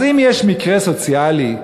אם יש מקרה סוציאלי,